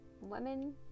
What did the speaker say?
women